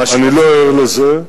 אני לא ער לזה.